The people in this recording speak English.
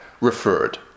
referred